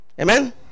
Amen